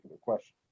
question